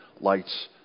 lights